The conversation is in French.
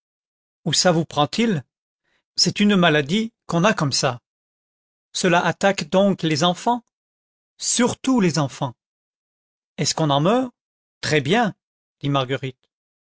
où ça vous prend-il c'est une maladie qu'on a comme ça cela attaque donc les enfants surtout les enfants est-ce qu'on en meurt très bien dit marguerite